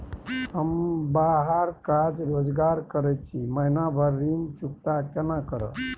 हम बाहर काज रोजगार करैत छी, महीना भर ऋण चुकता केना करब?